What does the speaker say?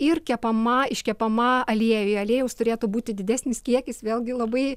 ir kepama iškepama aliejuje aliejaus turėtų būti didesnis kiekis vėlgi labai